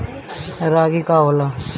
रागी का होला?